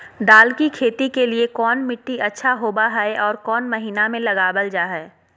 दाल की खेती के लिए कौन मिट्टी अच्छा होबो हाय और कौन महीना में लगाबल जा हाय?